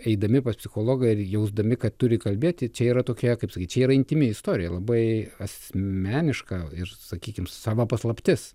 eidami pas psichologą ir jausdami kad turi kalbėti čia yra tokie kaip sakyt čia yra intymi istorija labai asmeniška ir sakykim sava paslaptis